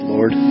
Lord